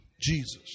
Jesus